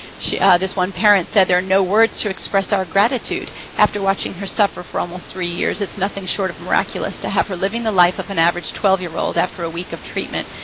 ah this one parent said, there are no words to express our gratitude after watching her suffer for almost three years, it's nothing short of miraculous to have her living the life of an average twelve year old after a week of treatment.